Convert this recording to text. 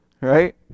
right